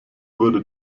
wurde